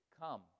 come